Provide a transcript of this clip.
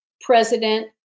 president